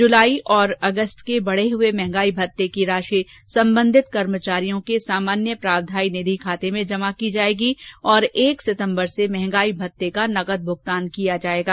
जुलाई और अगस्त माह के बढे हुए महंगाई भत्ते की राशि संबंधित कर्मचारियों के सामान्य प्रावधायी निधि खाते में जमा की जाएगी तथा एक सितम्बर से महंगाई भत्ते का नकद भूगतान दिया जाएगा